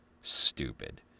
Stupid